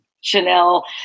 Chanel